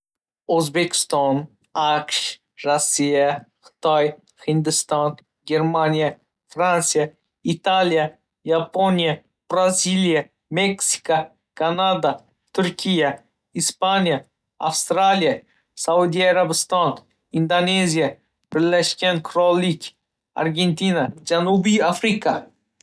O‘zbekiston, AQSh, Rossiya, Xitoy, Hindiston, Germaniya, Frantsiya, Italiya, Yaponiya, Braziliya, Meksika, Kanada, Turkiya, Ispaniya, Avstraliya, Saudiya Arabistoni, Indoneziya, Birlashgan Qirollik, Argentina, Janubiy Afrika.